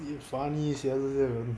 sibeh funny sia 这些人